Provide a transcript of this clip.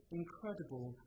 incredible